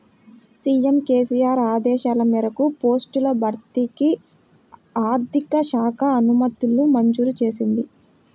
CM KCR ఆదేశాల మేరకు పోస్టుల భర్తీకి ఆర్థిక శాఖ అనుమతులు మంజూరు చేసింది